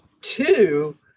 two